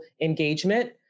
engagement